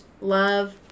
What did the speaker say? Love